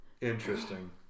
Interesting